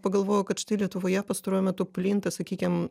pagalvojau kad štai lietuvoje pastaruoju metu plinta sakykim